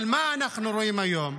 אבל מה אנחנו רואים היום,